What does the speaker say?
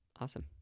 awesome